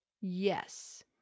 Yes